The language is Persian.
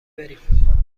بریم